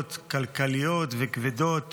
גזרות כלכליות וכבדות